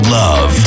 love